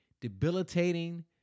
debilitating